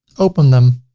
open them,